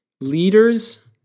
Leaders